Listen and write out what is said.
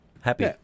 happy